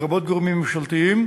לרבות גורמים ממשלתיים.